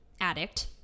addict